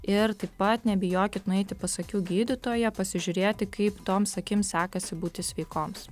ir taip pat nebijokit nueiti pas akių gydytoją pasižiūrėti kaip toms akims sekasi būti sveikoms